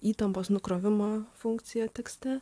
įtampos nukrovimo funkciją tekste